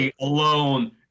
alone